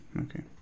okay